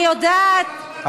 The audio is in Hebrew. אני יודעת,